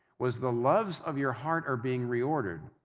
was the loves of your heart are being reordered.